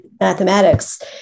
Mathematics